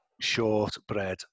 shortbread